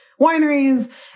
wineries